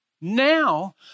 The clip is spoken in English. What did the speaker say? now